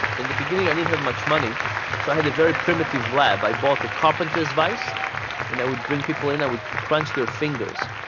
in the beginning i didn't have much money so i had a very primitive lab, i bought a carpenter's vice and i would bring people in, i would crunch their fingers.